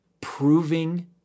proving